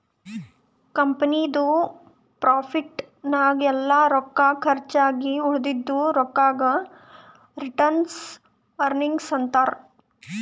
ಕಂಪನಿದು ಪ್ರಾಫಿಟ್ ನಾಗ್ ಎಲ್ಲಾ ರೊಕ್ಕಾ ಕರ್ಚ್ ಆಗಿ ಉಳದಿದು ರೊಕ್ಕಾಗ ರಿಟೈನ್ಡ್ ಅರ್ನಿಂಗ್ಸ್ ಅಂತಾರ